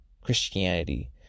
Christianity